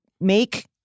make